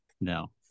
No